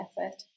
effort